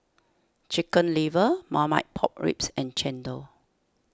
Chicken Liver Marmite Pork Ribs and Chendol